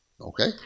Okay